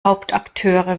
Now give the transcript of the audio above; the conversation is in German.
hauptakteure